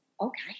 okay